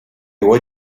what